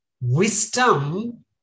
Wisdom